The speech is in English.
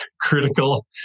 critical